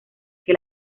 que